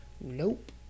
Nope